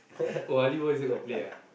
oh Ali-Bomb you also got play ah